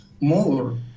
more